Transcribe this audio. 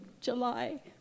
July